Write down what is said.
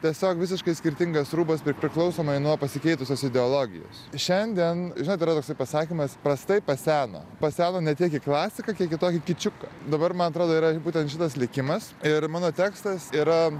tiesiog visiškai skirtingas rūbas pri priklausomai nuo pasikeitusios ideologijos šiandien žinot yra toksai pasakymas prastai paseno paseno ne tiek į klasiką kiek į tokį kičiuką dabar man atrodo yra būtent šitas likimas ir mano tekstas yra